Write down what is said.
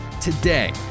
today